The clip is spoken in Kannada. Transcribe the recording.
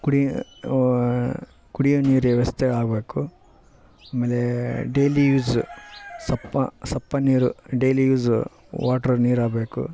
ಕುಡಿಯ ಕುಡಿಯ ನೀರು ವ್ಯವಸ್ಥೆ ಆಗಬೇಕು ಆಮೇಲೆ ಡೈಲಿ ಯೂಸ್ ಸಪ್ಪೆ ಸಪ್ಪೆನೀರೂ ಡೈಲಿ ಯೂಸ್ ವಾಟ್ರ್ ನೀರಾಬೇಕು